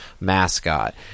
mascot